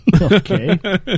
Okay